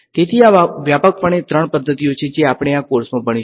તેથી આ વ્યાપકપણે ત્રણ પદ્ધતિઓ છે જે આપણે આ કોર્સમાં ભણીશુ